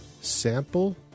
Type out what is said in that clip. sample